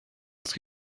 است